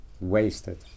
wasted